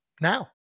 Now